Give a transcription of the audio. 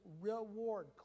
reward